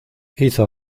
hizo